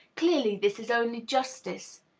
clearly, this is only justice.